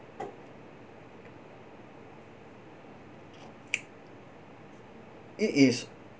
it is